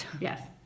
Yes